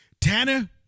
Tanner